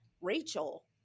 Rachel